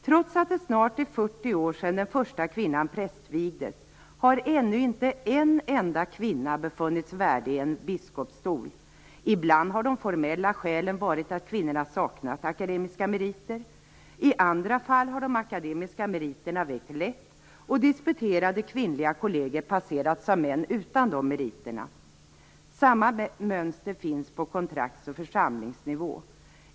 Trots att det snart är 40 år sedan den första kvinnan prästvigdes, har ännu inte en enda kvinna befunnits värdig en biskopsstol. Ibland har de formella skälen varit att kvinnorna saknat akademiska meriter, i andra fall har de akademiska meriterna vägt lätt och disputerade kvinnliga kolleger har passerats av män utan dessa meriter. Samma mönster finns på kontrakts och församlingsnivå.